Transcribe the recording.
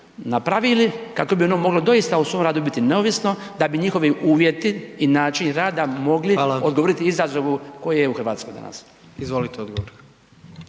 napravili kako bi ono moglo doista u svom radu biti neovisno da bi njihovi uvjeti i način rada mogli …/Upadica: Hvala./… odgovoriti izazovu koji je u Hrvatskoj danas. **Jandroković,